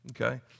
okay